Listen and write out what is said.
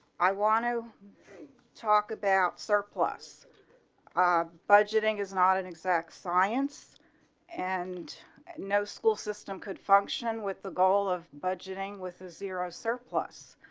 i want talk about surplus ah budgeting is not an exact science and no school system could function with the goal of budgeting with the zero surplus.